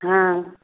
हँ